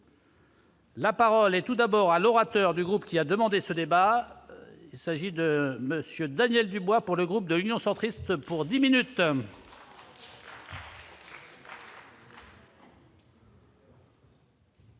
La parole est tout d'abord à l'orateur du groupe, qui a demandé ce débat, il s'agit de monsieur Daniel Dubois pour le groupe de l'Union centriste pour 10 minutes. Monsieur